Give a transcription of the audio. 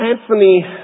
Anthony